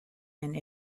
and